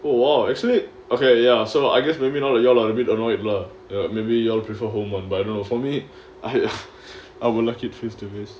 !wah! actually okay ya so I guess maybe not ah you all bit annoyed lah maybe you all prefer home environment for me if I would like it face to face